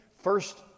first